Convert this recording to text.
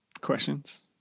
questions